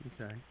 Okay